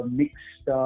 mixed